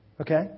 Okay